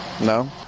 No